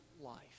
life